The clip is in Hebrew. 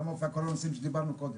למה מופיעים כל הנושאים שדיברנו קודם?